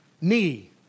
knee